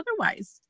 otherwise